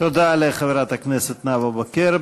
תודה לחברת הכנסת נאוה בוקר.